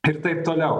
ir taip toliau